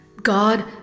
God